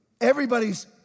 Everybody's